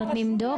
נותנים דוח?